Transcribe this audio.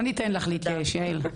לא ניתן לך להתייאש, יעל.